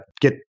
get